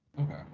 Okay